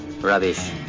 Rubbish